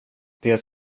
det